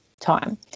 time